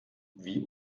wie